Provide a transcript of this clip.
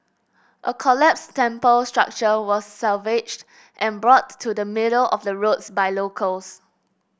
a collapsed temple structure was salvaged and brought to the middle of the roads by locals